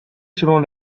selon